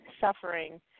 suffering